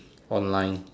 online